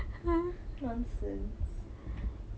nonsense